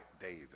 David